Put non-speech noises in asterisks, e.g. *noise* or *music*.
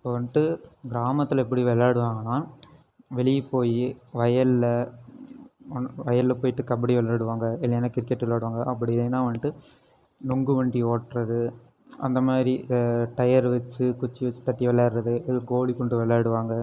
இப்போ வந்துட்டு கிராமத்தில் எப்படி விளாடுவாங்கனா வெளியே போயி வயலில் வயலில் போயிட்டு கபடி விளாடுவாங்க இல்லைனால் கிரிக்கெட் விளாடுவாங்க அப்படி இல்லைனால் வந்துட்டு நுங்கு வண்டி ஓட்டுறது அந்த மாதிரி டயர் வச்சு குச்சி வச்சு தட்டி விளாடுறது *unintelligible* கோலிக்குண்டு விளாடுவாங்க